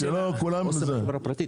שלום ובוקר טוב,